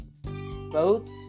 boats